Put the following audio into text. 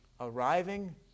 Arriving